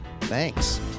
Thanks